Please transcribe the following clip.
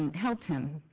and helped him.